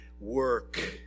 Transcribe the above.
work